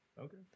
Okay